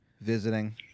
visiting